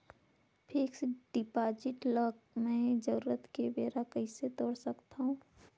Fixed deposit ल मैं जरूरत के बेरा कइसे तोड़ सकथव?